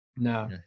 No